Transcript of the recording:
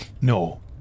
No